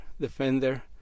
Defender